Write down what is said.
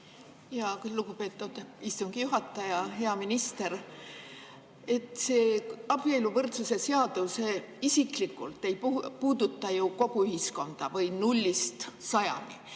Lutsar! Lugupeetud istungi juhataja! Hea minister! See abieluvõrdsuse seadus isiklikult ei puuduta ju kogu ühiskonda või [vanust] nullist sajani.